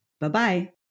Bye-bye